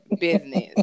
business